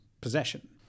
possession